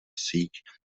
síť